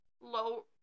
low